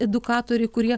edukatoriai kurie